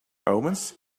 omens